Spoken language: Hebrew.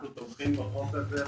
אנו תומכים בחוק הזה.